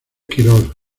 quirós